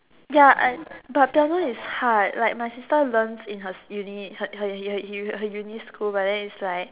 ya I but piano is hard like my sister learns in her uni in her her her uni school but then is like